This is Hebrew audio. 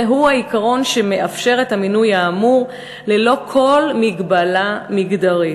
זהו העיקרון שמאפשר את המינוי האמור ללא כל מגבלה מגדרית.